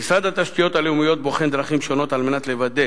משרד התשתיות הלאומיות בוחן דרכים שונות לוודא